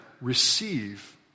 receive